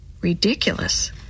Ridiculous